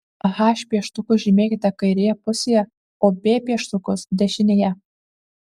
h pieštukus žymėkite kairėje pusėje o b pieštukus dešinėje